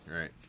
Right